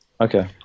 okay